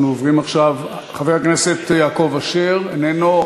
אנחנו עוברים עכשיו, חבר הכנסת יעקב אשר איננו.